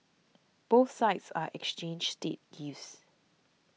both sides are exchanged state gifts